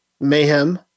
Mayhem